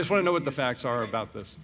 i want to know what the facts are about this